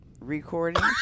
recording